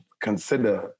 consider